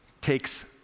takes